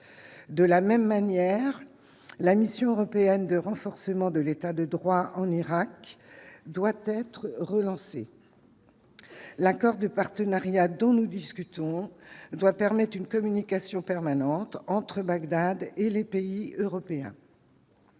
de la même manière, la mission européenne de renforcement de l'État de droit en Irak doit être relancée, l'accord de partenariat dont nous discutons doit permettre une communication permanente entre Bagdad et les pays européens.